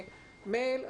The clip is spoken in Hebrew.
מייל.